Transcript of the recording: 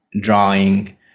drawing